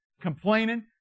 complaining